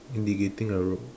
indicating a road